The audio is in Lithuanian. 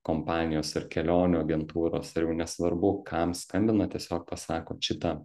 kompanijos ir kelionių agentūros ir jau nesvarbu kam skambinat tiesiog pasakot šitą